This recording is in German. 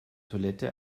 toilette